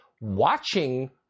watching